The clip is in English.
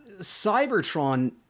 Cybertron